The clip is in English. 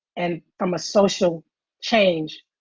and from a social change